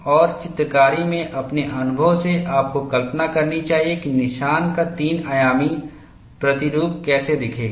और चित्रकारी में अपने अनुभव से आपको कल्पना करनी चाहिए कि निशान का तीन आयामी प्रतिरूप कैसा दिखेगा